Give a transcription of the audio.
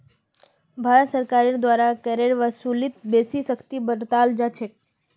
भारत सरकारेर द्वारा करेर वसूलीत बेसी सख्ती बरताल जा छेक